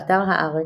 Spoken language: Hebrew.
באתר הארץ,